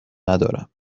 ندارم